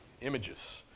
images